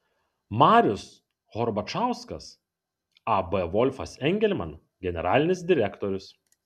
marius horbačauskas ab volfas engelman generalinis direktorius